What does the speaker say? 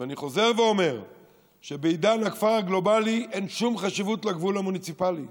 ואני חוזר ואומר שבעידן הכפר הגלובלי אין שום חשיבות לגבול המוניציפלי.